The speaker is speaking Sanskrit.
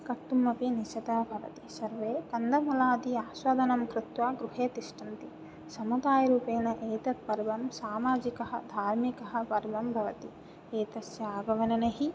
कर्तुम् अपि निषेधः भवति सर्वे कन्दमूलादि आस्वादनं कृत्वा गृहे तिष्ठन्ति समुदायरूपेण एतद् पर्व सामाजिकः धार्मिकः पर्व भवति एतस्य आगमनैः